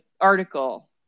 article